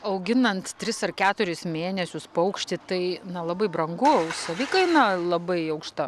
auginant tris ar keturis mėnesius paukštį tai na labai brangu savikaina labai aukšta